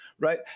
Right